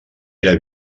era